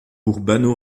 urbano